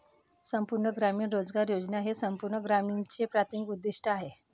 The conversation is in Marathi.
संपूर्ण ग्रामीण रोजगार योजना हे संपूर्ण ग्रामीणचे प्राथमिक उद्दीष्ट आहे